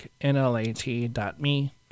NLAT.me